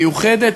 מיוחדת,